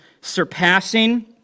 surpassing